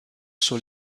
sur